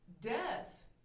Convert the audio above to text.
death